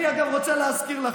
אני, אגב, רוצה להזכיר לכם: